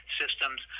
systems